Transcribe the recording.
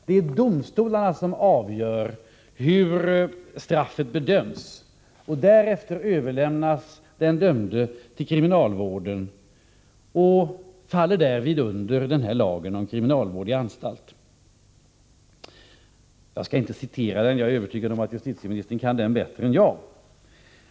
Det är domstolarna som avgör hur brottet skall bedömas, och därefter överlämnas den dömde till kriminalvården och faller därvid under lagen om kriminalvård i anstalt. Jag skall inte citera den — jag är övertygad om att justitieministern kan den bättre än jag.